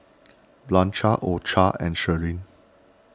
Blanchard orchard and Shirleen